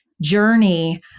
journey